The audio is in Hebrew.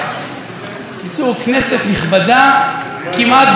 כנסת נכבדה כמעט במלואה,